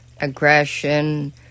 aggression